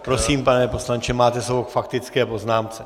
Prosím, pane poslanče, máte slovo k faktické poznámce.